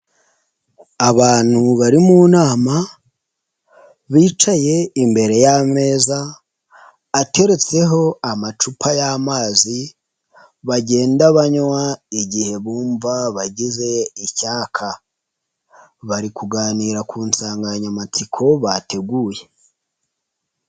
Abantu bari mu nama bicaye imbere y'ameza, ateretseho amacupa y'amazi bagenda banywa igihe bumva bageze icyaka, bari kuganira ku nsanganyamatsiko bateguye.